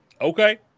Okay